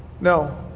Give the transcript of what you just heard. no